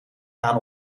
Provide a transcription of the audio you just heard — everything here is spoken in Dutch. aan